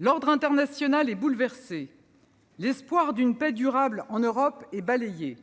L'ordre international est bouleversé. L'espoir d'une paix durable en Europe est balayé.